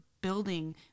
building